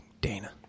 Dana